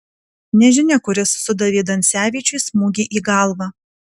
nežinia kuris sudavė dansevičiui smūgį į galvą